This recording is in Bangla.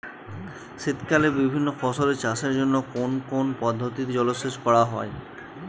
শীতকালে বিভিন্ন ফসলের চাষের জন্য কোন কোন পদ্ধতিতে জলসেচ করা হয়?